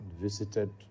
visited